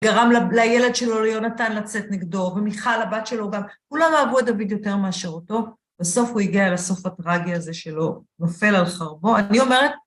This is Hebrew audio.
גרם לילד שלו ליונתן לצאת נגדו, ומיכל, הבת שלו גם, כולם אהבו את דוד יותר מאשר אותו, בסוף הוא הגיע לסוף הטרגי הזה שלו, נופל על חרבו. אני אומרת...